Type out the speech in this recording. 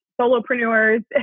solopreneurs